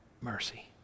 mercy